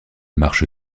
marche